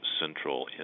central